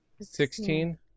Sixteen